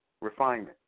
Refinement